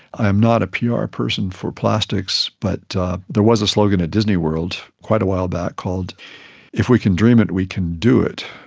i am not a pr person for plastics, but there was a slogan at disney world quite a while back called if we can dream it, we can do it'.